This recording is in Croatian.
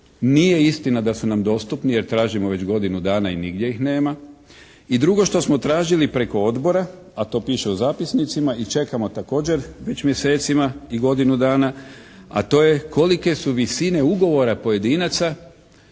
nije istina da su nam dostupni jer tražimo već godinu dana i nigdje ih nema. I drugo što smo tražili preko odbora, a to piše u zapisnicima i čekamo također već mjesecima i godinu dana, a to je kolike su visine ugovora pojedinaca